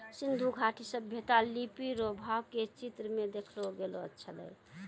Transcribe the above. सिन्धु घाटी सभ्यता लिपी रो भाव के चित्र मे देखैलो गेलो छलै